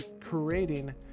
creating